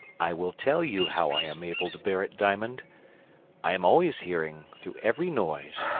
i will tell you how i am able to bear it, diamond i am always hearing, through every noise,